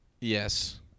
yes